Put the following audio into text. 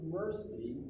mercy